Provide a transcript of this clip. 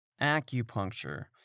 Acupuncture